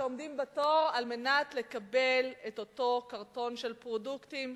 שעומדים בתור על מנת לקבל את אותו קרטון של פרודוקטים,